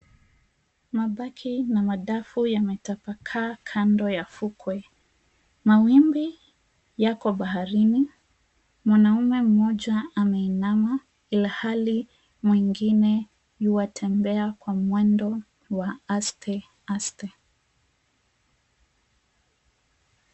Mabaki na madafu yametapakaa kando ya fukwe. Mawimbi yako baharini. Mwanaume mmoja ameinama ilhali mwingine yuatembea kwa mwendo wa asteaste